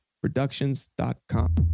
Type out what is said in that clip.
Productions.com